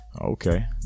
Okay